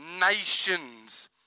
nations